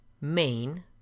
main